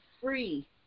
free